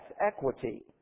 equity